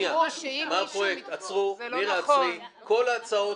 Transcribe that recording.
כל ההצעות